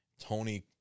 Tony